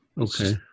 Okay